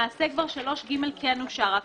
למעשה סעיף 3(ג) כן אושר, רק